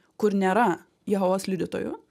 kur nėra jehovos liudytojų